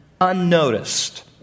unnoticed